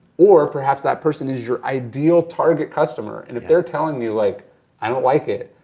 or perhaps that person is your ideal target customer and if they're telling you like i don't like it,